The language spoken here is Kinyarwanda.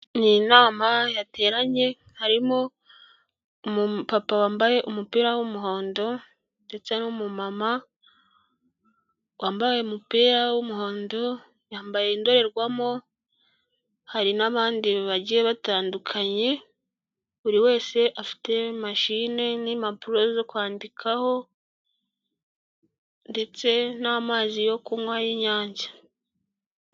Ni inama yateranye, harimo umupapa wambaye umupira w'umuhondo, ndetse n'umumama wambaye umupira w'umuhondo, yambaye indorerwamo, hari n'abandi bagiye batandukanye, buri wese afite mashine n'impapuro zo kwandikaho, ndetse n'amazi yo kunywa y'Inyange.